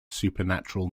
supernatural